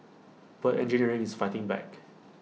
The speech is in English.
but engineering is fighting back